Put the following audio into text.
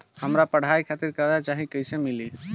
हमरा पढ़ाई खातिर कर्जा चाही त कैसे मिली?